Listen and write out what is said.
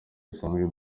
dusanzwe